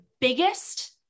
biggest